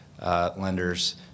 lenders